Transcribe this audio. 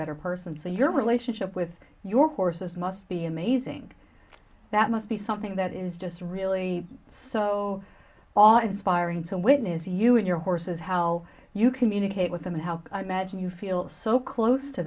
better person for your relationship with your horses must be amazing that must be something that is just really so off as firing to witness you and your horses how you communicate with them and how magic you feel so close to